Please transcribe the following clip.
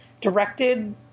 directed